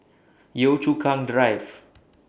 Yio Chu Kang Drive